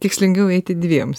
tikslingiau eiti dviems